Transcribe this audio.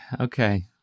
okay